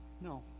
No